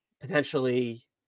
potentially